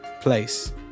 place